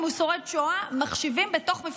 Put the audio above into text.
אם הוא שורד שואה,